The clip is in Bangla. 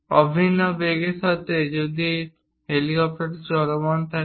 অভিন্ন বেগের সাথে যদি এই হেলিকপ্টারটি চলমান থাকে